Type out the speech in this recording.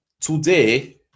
today